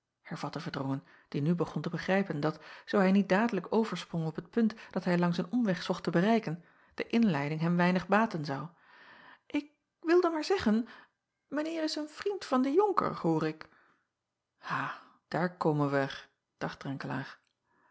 hervatte erdrongen die nu begon te begrijpen dat zoo hij niet dadelijk oversprong op het punt dat hij langs een omweg zocht te bereiken de inleiding hem weinig baten zou ik wilde maar zeggen mijn eer is een vriend van den onker hoor ik a daar komen wij er dacht